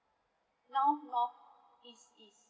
now north east east